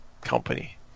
company